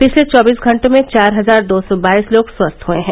पिछले चौबीस घंटों में चार हजार दो सौ बाईस लोग स्वस्थ हुए हैं